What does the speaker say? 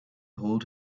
hold